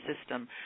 system